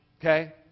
Okay